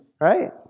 right